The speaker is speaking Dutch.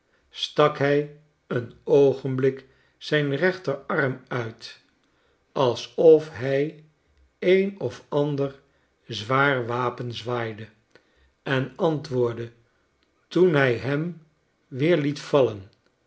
stak hij een oogenblik zjn rechterarm uit alsof hij een of ander zwaar wapen zwaaide en antwoordde toen hij hem weer liet vallen